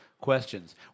questions